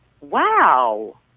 wow